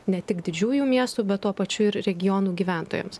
ne tik didžiųjų miestų bet tuo pačiu ir regionų gyventojams